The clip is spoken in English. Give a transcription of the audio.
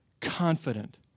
confident